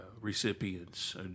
recipients